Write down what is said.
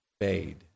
fade